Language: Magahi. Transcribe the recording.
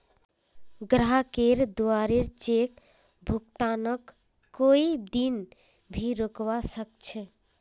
ग्राहकेर द्वारे चेक भुगतानक कोई दीना भी रोकवा सख छ